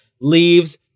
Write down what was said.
Leaves